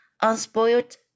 unspoiled